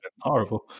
horrible